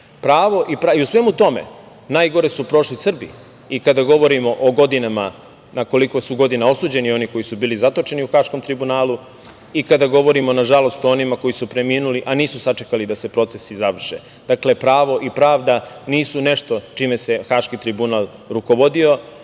regionu.I u svemu tome, najgore su prošli Srbi i kada govorimo o godinama na koliko su godina osuđeni oni koji su bili zatočeni u Haškom tribunalu, i kada govorimo, nažalost o onima koji su preminuli, a nisu sačekali da se procesi završe. Dakle, pravo i pravda nisu nešto čime se Haški tribunal rukovodio.